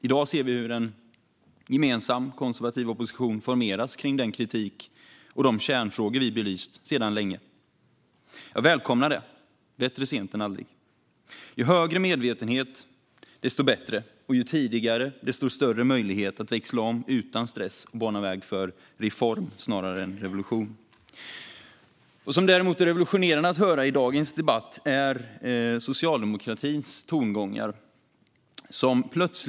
I dag ser vi hur en gemensam konservativ opposition formeras kring den kritik och de kärnfrågor vi sedan länge belyst. Jag välkomnar det. Bättre sent än aldrig. Ju högre medvetenhet, desto bättre. Och ju tidigare, desto större möjlighet att växla om utan stress och bana väg för reform snarare än revolution. Vad som däremot är revolutionerande i dagens debatt är socialdemokratins tongångar.